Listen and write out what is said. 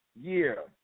year